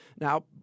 Now